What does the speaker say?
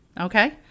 Okay